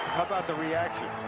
about the reaction.